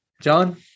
John